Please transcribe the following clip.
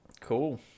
Cool